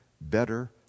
better